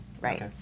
right